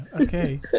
okay